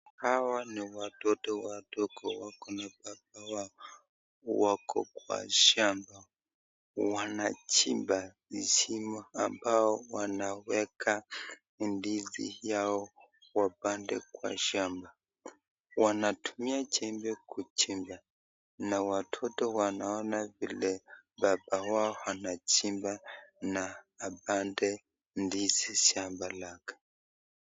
Hawa ni watoto wadogo wako na baba wao. Wako kwa shamba. Wanachimba shimo ambao wanaweka ndizi yao wapande kwa shamba. Wanatumia jembe kuchimba, na watoto wanaona vile baba wao anachimba na apande ndizi shamba lake.